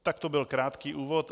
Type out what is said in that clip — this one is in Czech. Tak to byl krátký úvod.